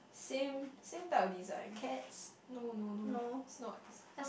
same same type of design no no no it's not it's some